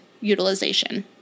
utilization